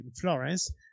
Florence